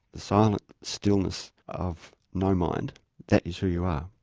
the silent stillness of no mind that is who you are.